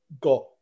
got